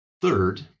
Third